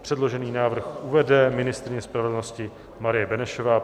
Předložený návrh uvede ministryně spravedlnosti Marie Benešová.